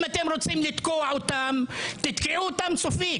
אם אתם רוצים לתקוע אותם, תתקעו אותם סופית